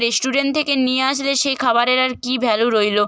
restaurant থেকে নিয়ে আসলে সেই খাবারের আর কী ভ্যালু রইলো